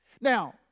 Now